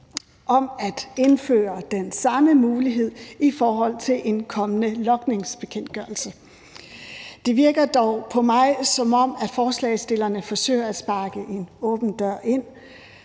at indføre den samme mulighed i forhold til en kommende logningsbekendtgørelse. Det virker dog på mig, som om forslagsstillerne forsøger at sparke en åben dør ind,